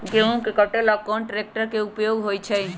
गेंहू के कटे ला कोंन ट्रेक्टर के उपयोग होइ छई?